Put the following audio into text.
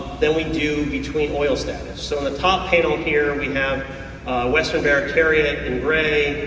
than we do between oil status. so the top panel here, we have west and bare terre ah in grey,